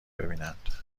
ببینند